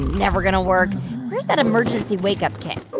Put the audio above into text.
never going to work. where's that emergency wake-up kit? ah.